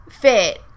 fit